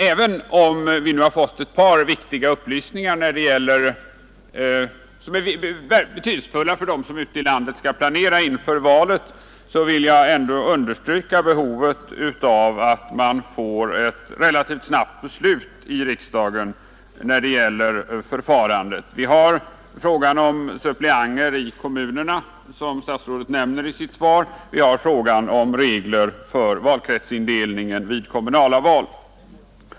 Även om vi nu har fått ett par viktiga upplysningar som är verkligt betydelsefulla för dem som ute i landet skall planera inför valet 1973, vill jag ändå understryka behovet av ett relativt snabbt beslut i riksdagen när det gäller förfarandet. Det gäller bl.a. frågan om suppleanter i kommunfullmäktige, som statsrådet nämnde i sitt svar, och det gäller frågan om regler för valkretsindelningen vid kommunala val.